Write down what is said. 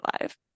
live